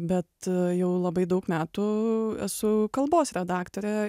bet jau labai daug metų esu kalbos redaktorė